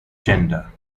gender